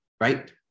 right